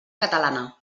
catalana